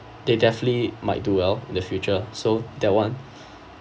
they definitely might do well in the future so that [one]